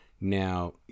Now